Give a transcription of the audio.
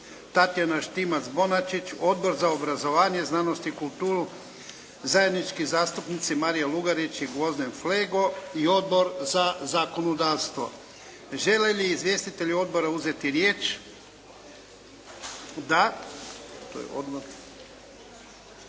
Tatjana Štimac Bonačić, Odbor za obrazovanje znanost i kulturu, zajednički zastupnici Marija Lugarić i Gvozden Flego i Odbor za zakonodavstvo. Žele li izvjestitelji Odbora uzeti riječ? Da. To je Odbor